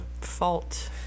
Fault